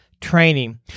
Training